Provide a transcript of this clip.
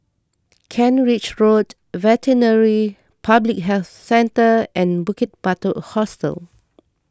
Kent Ridge Road Veterinary Public Health Centre and Bukit Batok Hostel